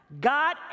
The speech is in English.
God